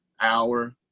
hour